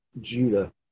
Judah